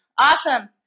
Awesome